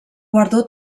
guardó